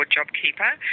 JobKeeper